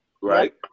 Right